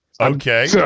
Okay